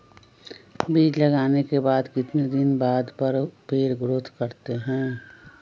बीज लगाने के बाद कितने दिन बाद पर पेड़ ग्रोथ करते हैं?